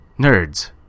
Nerds